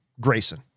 Grayson